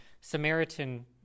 Samaritan